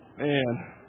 Man